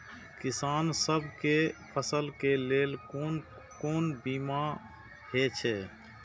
किसान सब के फसल के लेल कोन कोन बीमा हे छे?